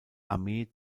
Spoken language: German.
armee